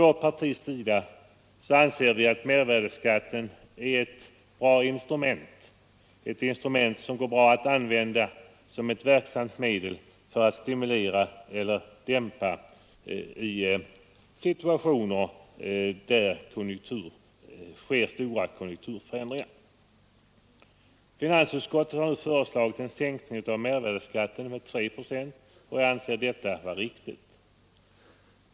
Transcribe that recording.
Vi anser i vårt parti att mervärdeskatten är ett instrument som går bra att använda för att stimulera eller dämpa efterfrågan i situationer där det sker stora konjunkturförändringar. Finansutskottet har nu föreslagit en sänkning av mervärdeskatten med 3 procent. Jag anser att detta är riktigt.